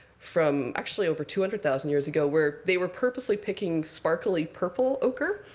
from actually over two hundred thousand years ago, where they were purposely picking sparkly purple ochre.